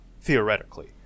theoretically